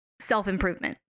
self-improvement